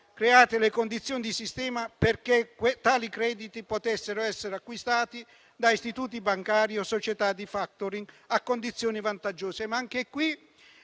create le condizioni di sistema perché tali crediti potessero essere acquistati da istituti bancari o società di *factoring* a condizioni vantaggiose,